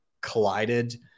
collided